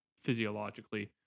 physiologically